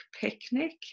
picnic